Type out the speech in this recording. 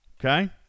Okay